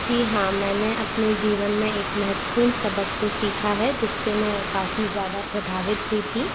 जी हाँ मैंने अपने जीवन में एक महत्वपूर्ण सबक तो सीखा है जिससे मैं काफ़ी ज़्यादा प्रभावित हुई थी